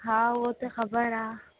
हा उहो त ख़बर आहे